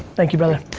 thank you, brother.